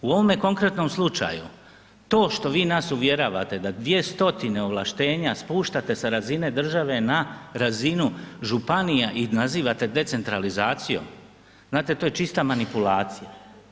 U ovome konkretnom slučaju to što vi nas uvjeravate da 2 stotine ovlaštenja spuštate sa razine države na razinu županija i nazivate decentralizacijom, znate, to je čista manipulacija.